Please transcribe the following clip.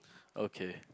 okay